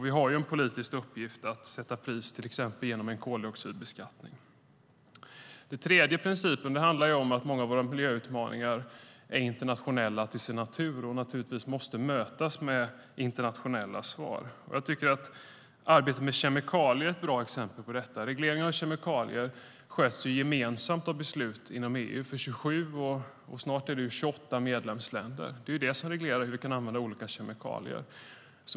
Vi har ju en politisk uppgift att sätta pris på utsläpp, till exempel genom en koldioxidbeskattning. En annan princip handlar om att många av våra miljöutmaningar är internationella till sin natur och naturligtvis måste mötas med internationella svar. Jag tycker att arbetet med kemikalier är ett bra exempel på detta. Reglering av kemikalier beslutas gemensamt i EU för 27, och snart 28, medlemsländer. Det är det som reglerar hur vi kan använda olika kemikalier.